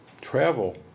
Travel